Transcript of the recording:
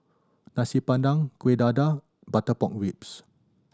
Nasi Padang Kueh Dadar butter pork ribs